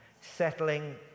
settling